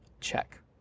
Check